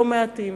ולא מעטים.